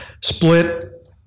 split